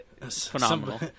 Phenomenal